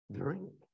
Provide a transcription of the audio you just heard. drink